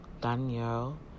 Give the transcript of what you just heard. Danielle